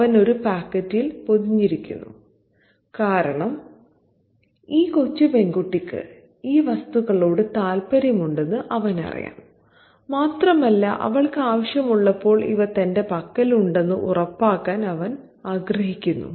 അവൻ ഒരു പാക്കറ്റിൽ പൊതിഞ്ഞിരിക്കുന്നു കാരണം ഈ കൊച്ചു പെൺകുട്ടിക്ക് ഈ വസ്തുക്കളോട് താൽപ്പര്യമുണ്ടെന്ന് അവനറിയാം മാത്രമല്ല അവൾക്ക് ആവശ്യമുള്ളപ്പോൾ ഇവ തന്റെ പക്കൽ ഉണ്ടെന്ന് ഉറപ്പാക്കാൻ അവൻ ആഗ്രഹിക്കുന്നു